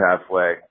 halfway